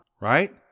right